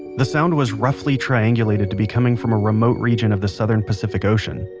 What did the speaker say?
the sound was roughly triangulated to be coming from a remote region of the southern pacific ocean,